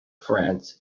france